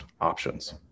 options